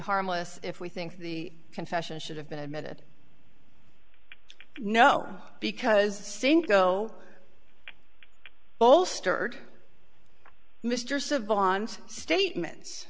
harmless if we think the confession should have been admitted no because the cinco bolstered mr savant statements